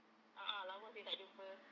a'ah lama seh tak jumpa